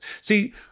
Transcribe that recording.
See